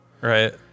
Right